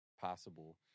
possible